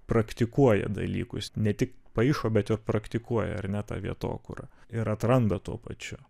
praktikuoja dalykus ne tik paišo bet ir praktikuoja ar ne tą vietokurą ir atranda tuo pačiu